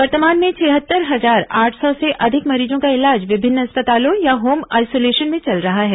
वर्तमान में छिहत्तर हजार आठ सौ से अधिक मरीजों का इलाज विभिन्न अस्पतालों या होम आइसोलेशन में चल रहा है